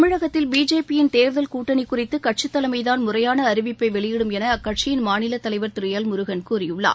தமிழகத்தில் பிஜேபியின் தேர்தல் கூட்டணி குறித்து கட்சித் தலைமைதான் முறையான அறிவிப்பை வெளியிடும் என அக்கட்சியின் மாநிலத் தலைவர் திரு எல் முருகன் கூறியுள்ளார்